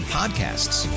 podcasts